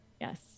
Yes